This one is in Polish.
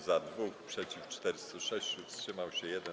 Za - 2, przeciw - 406, wstrzymał się - 1.